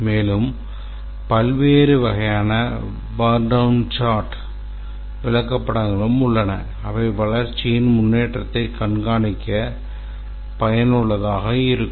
மேலும் பல்வேறு வகையான burn down charts உள்ளன அவை வளர்ச்சியின் முன்னேற்றத்தைக் கண்காணிக்க பயனுள்ளதாக இருக்கும்